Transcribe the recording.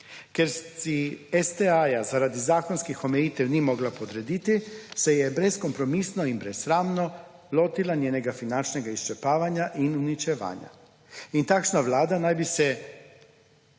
Ker si STA-ja zaradi zakonskih omejitev ni mogla podrediti, se je brezkompromisno in brezsramno lotila njenega finančnega izčrpavanja in uničevanja. In takšna Vlada naj bi se,